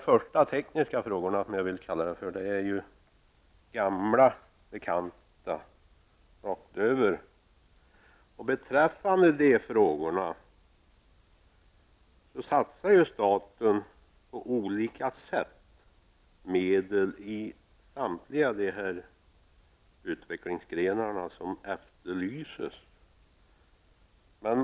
De tekniska frågorna -- som jag vill kalla dem för -- är gamla bekanta. Beträffande dessa frågor satsar ju staten på olika sätt medel i samtliga utvecklingsgrenar som här berörs.